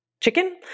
chicken